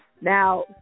Now